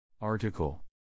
Article